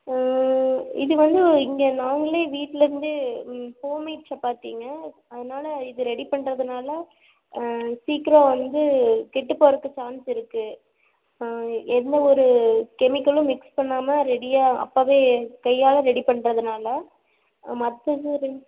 இது வந்து இங்கே நாங்களே வீட்லிருந்தே ஹோம்மேட் சப்பாத்திங்க அதனால இது ரெடி பண்ணுறதுனால சீக்கரம் வந்து கெட்டு போகிறக்கு சான்ஸ் இருக்குது எந்த ஒரு கெமிக்கலும் மிக்ஸ் பண்ணாமல் ரெடியாக அப்போவே கையால் ரெடி பண்ணுறதுனால மற்றது ரெண்